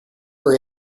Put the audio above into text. are